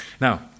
Now